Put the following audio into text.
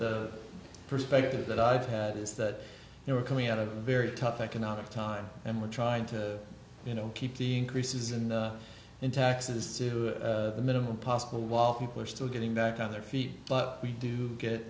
the perspective that i've had is that they were coming out of a very tough economic time and were trying to you know keep the increases in the in taxes to the minimum possible while people are still getting back on their feet but we do get